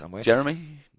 Jeremy